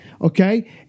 okay